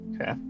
Okay